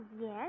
yes